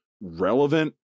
relevant